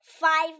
five